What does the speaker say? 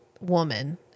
woman